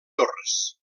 torres